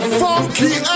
funky